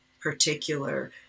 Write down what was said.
particular